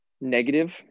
negative